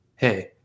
hey